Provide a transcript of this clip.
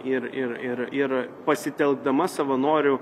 ir ir ir ir pasitelkdama savanorių